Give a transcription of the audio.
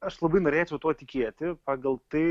aš labai norėčiau tuo tikėti pagal tai